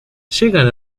llegan